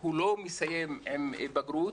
הוא לא מסיים בגרות.